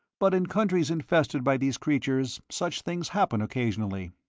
but in countries infested by these creatures such things happen occasionally.